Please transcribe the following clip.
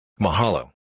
Mahalo